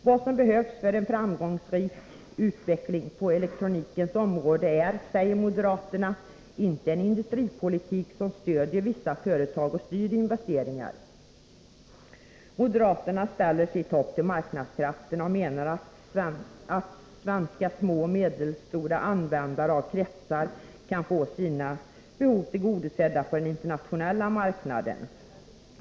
Vad som behövs för en framgångsrik utveckling på elektronikens område är, säger moderaterna, inte en industripolitik som stöder vissa företag och styr investeringar. Moderaterna ställer sitt hopp till marknadskrafterna och menar att svenska små och medelstora användare av kretsar kan få sina behov tillgodosedda på den internationella marknaden.